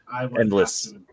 endless